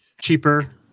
cheaper